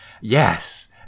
Yes